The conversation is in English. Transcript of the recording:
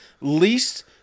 least